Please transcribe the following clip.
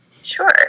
Sure